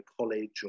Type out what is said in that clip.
college